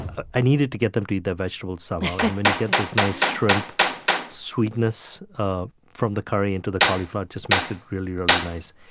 i needed to get them to eat their vegetables somehow. and when you get this nice shrimp sweetness sweetness ah from the curry into the cauliflower, it just makes it really, really nice.